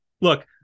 Look